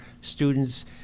students